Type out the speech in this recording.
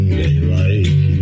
daylight